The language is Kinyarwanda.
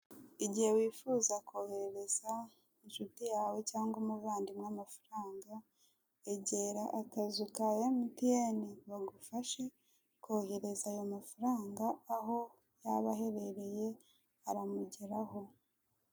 Igihe wifuza kohererereza inshuti yawe cyangwa umuvandimwe amafaranga egera akazu ka emutiyeni bagufashe kohereza ayo mafaranga aho yaba aherereye aramugeraho.